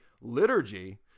liturgy